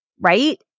right